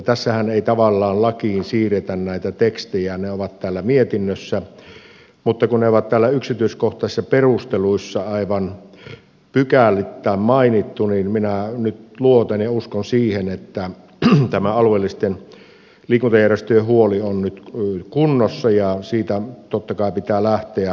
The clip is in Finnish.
tässähän ei tavallaan lakiin siirretä näitä tekstejä ne ovat täällä mietinnössä mutta kun ne on täällä yksityiskohtaisissa perusteluissa aivan pykälittäin mainittu niin minä nyt luotan ja uskon siihen että tämä alueellisten liikuntajärjestöjen huoli on nyt kunnossa ja siitä totta kai pitää lähteä